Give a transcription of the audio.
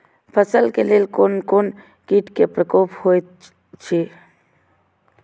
फसल के लेल कोन कोन किट के प्रकोप होयत अछि?